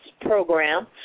program